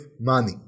money